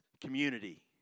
community